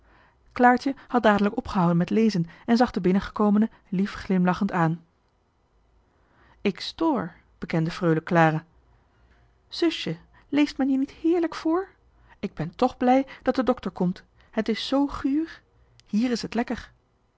claartje had dadelijk opgehouden met lezen en zag de binnengekomene lief glimlachend aan ik stoor bekende freule clara zusje leest men je niet heerlijk voor ik ben toch blij dat de dokter komt het is zoo guur hier is het lekker